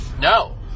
No